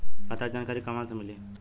खाता के जानकारी कहवा से मिली?